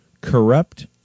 corrupt